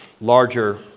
larger